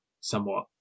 somewhat